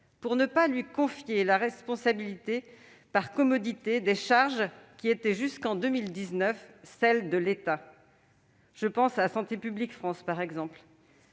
par ne pas lui confier par commodité des charges qui étaient jusqu'en 2019 celles de l'État- je pense à Santé publique France, par exemple